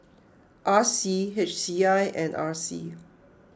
R C H C I and R C